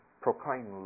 Proclaim